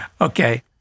Okay